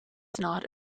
not